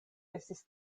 estis